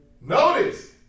Notice